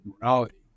morality